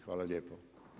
Hvala lijepo.